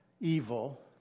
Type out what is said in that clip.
evil